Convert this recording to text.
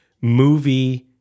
movie